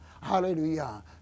Hallelujah